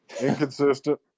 inconsistent